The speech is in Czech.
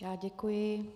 Já děkuji.